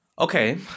Okay